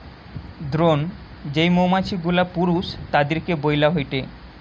drone যেই মৌমাছি গুলা পুরুষ তাদিরকে বইলা হয়টে